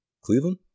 Cleveland